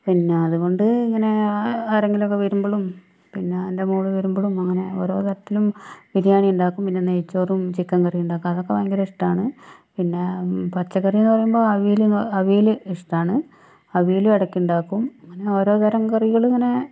പിന്നെ അതുകൊണ്ട് ഇങ്ങനെ ആരെങ്കിലുമൊക്കെ വരുമ്പോഴും പിന്നെ എൻ്റെ മകൾ വരുമ്പോഴും അങ്ങനെ ഓരോ തരത്തിലും ബിരിയാണി ഉണ്ടാക്കും പിന്നെ നെയ്ച്ചോറും ചിക്കൻക്കറിയുണ്ടാക്കും അതൊക്കെ ഭയങ്കര ഇഷ്ടമാണ് പിന്നേ പച്ചക്കറിയെന്നു പറയുമ്പോൾ അവിയലെന്നു അവിയൽ ഇഷ്ടമാണ് അവിയലും എടയ്ക്കുണ്ടാക്കും അങ്ങനെ ഓരോതരം കറികളിങ്ങനെ